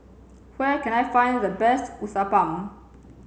where can I find the best Uthapam